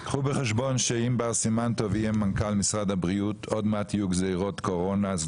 לכן פרסמנו מכרז פנימי לבחירת אנשי